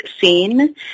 seen